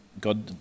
God